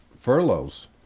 furloughs